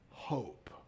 hope